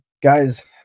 Guys